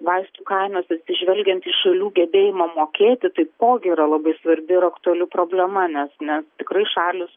vaistų kainos atsižvelgiant į šalių gebėjimą mokėti taipogi yra labai svarbi ir aktuali problema nes ne tikrai šalys